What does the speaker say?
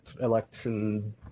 election